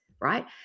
right